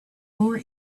lower